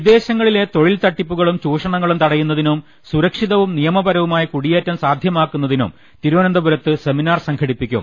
വിദേശങ്ങളിലെ തൊഴിൽ തട്ടിപ്പുകളും ചൂഷണങ്ങളും തടയുന്നതിനും സുരക്ഷിതവും നിയമപരവുമായ കുടി യേറ്റം സാധ്യമാക്കുന്നതിനും തിരുവനന്തപുരത്ത് സെമി നാർ സംഘടിപ്പിക്കും